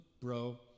bro